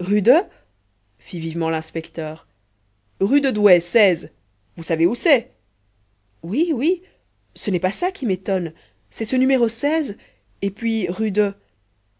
rue de fit vivement l'inspecteur rue de douai vous savez où c'est oui oui ce n'est pas ça qui m'étonne c'est ce numéro et puis rue de